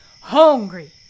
hungry